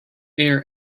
air